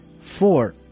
four